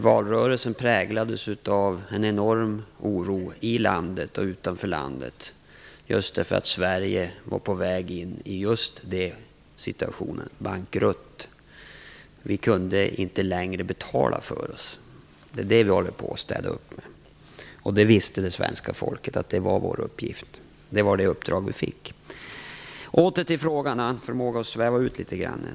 Valrörelsen präglades av en enorm oro i landet och även utanför landet, just därför att Sverige var på väg in i den situationen, att gå bankrutt. Vi kunde inte längre betala för oss. Det är det vi håller på att städa upp. Det svenska folket visste att det var vår uppgift. Det var det uppdrag vi fick. Åter till frågan, Dan Ericsson har nämligen en förmåga att sväva ut litet grand.